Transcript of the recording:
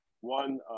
one